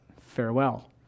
farewell